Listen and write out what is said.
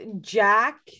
Jack